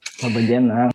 laba diena